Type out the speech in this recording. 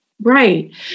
Right